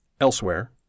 elsewhere